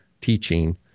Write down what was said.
teaching